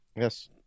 Yes